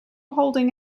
holding